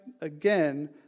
again